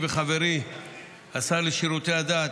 ותיכנס לספר החוקים.